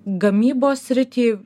gamybos srity